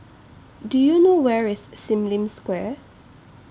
Do YOU know Where IS SIM Lim Square